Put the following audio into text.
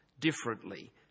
differently